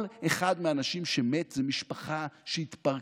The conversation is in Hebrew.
כל אחד מהאנשים שמת זה משפחה שהתפרקה,